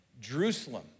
Jerusalem